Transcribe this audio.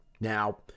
Now